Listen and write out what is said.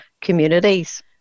communities